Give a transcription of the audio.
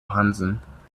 hansen